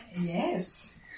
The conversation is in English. Yes